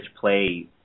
play –